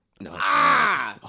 No